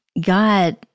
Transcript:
God